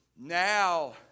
now